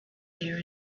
there